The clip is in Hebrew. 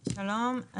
שלום.